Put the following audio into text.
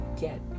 get